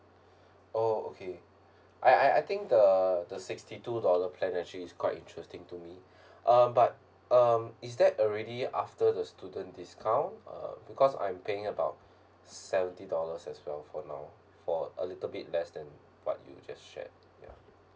oh okay I I I think the the sixty two dollar plan actually is quite interesting to me um but um is that already after the student discount uh because I'm paying about seventy dollars as well for now for a little bit less than what you just shared ya